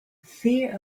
fear